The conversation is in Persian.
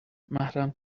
محرم